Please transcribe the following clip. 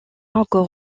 encore